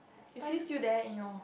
is he still there you know